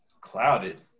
Clouded